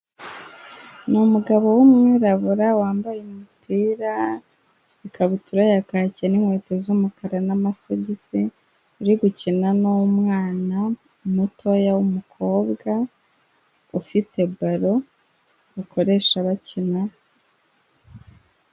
Ni umugabo w'umwirabura wambaye umupira, ikabutura ya kacye n'inkweto z'umukara n'amasogisi, uri gukina n'umwana mutoya w'umukobwa, ufite baro bakoresha bakina.